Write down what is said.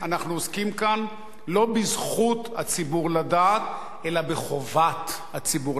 אנחנו עוסקים כאן לא בזכות הציבור לדעת אלא בחובת הציבור לדעת.